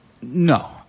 No